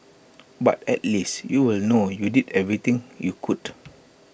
but at least you'll know you did everything you could